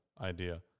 idea